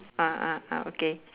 ah ah ah okay